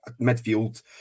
midfield